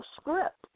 script